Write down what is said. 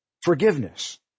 forgiveness